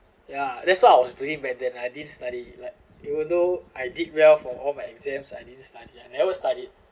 ya that's why I was doing back then I didn't study like even though I did well for all my exams I didn't study I never studied